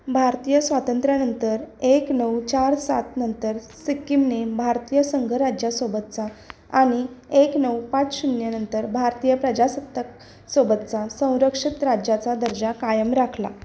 भारतीय स्वातंत्र्यानंतर एक नऊ चार सात नंतर सिक्कीमने भारतीय संघ राज्यासोबतचा आणि एक नऊ पाच शून्यनंतर भारतीय प्रजासत्तक सोबतचा संरक्षित राज्याचा दर्जा कायम राखला